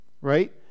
Right